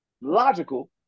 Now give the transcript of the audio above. logical